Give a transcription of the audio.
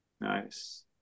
Nice